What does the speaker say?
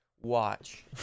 watch